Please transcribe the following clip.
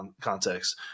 context